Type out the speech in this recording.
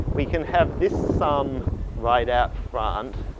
we can have this sum right out front,